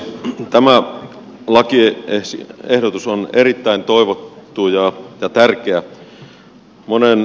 tämä lakiehdotus on erittäin toivottu ja tärkeä